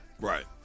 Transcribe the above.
Right